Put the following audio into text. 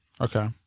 Okay